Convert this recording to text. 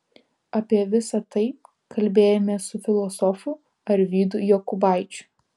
apie visa tai kalbėjomės su filosofu alvydu jokubaičiu